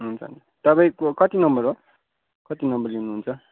हुन्छ तपाईँको कति नम्बर हो कति नम्बर लिनुहुन्छ